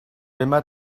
aimas